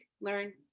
learn